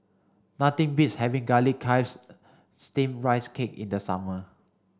nothing beats having garlic chives steamed rice cake in the summer